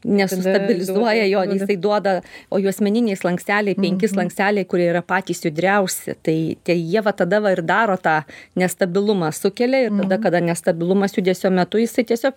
nesustabilizuoja jo jisai duoda o juosmeniniai slanksteliai penki slanksteliai kurie yra patys judriausi tai tei jie va tada ir daro tą nestabilumą sukelia ir tada kada nestabilumas judesio metu jisai tiesiog